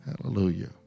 Hallelujah